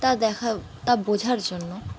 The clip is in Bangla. তা দেখা তা বোঝার জন্য